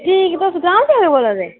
ठीक तुस ग्राम सेवक बोल्ला दे